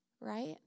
right